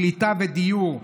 קליטה ודיור,